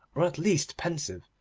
or at least pensive,